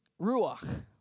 ruach